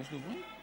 יש דוברים?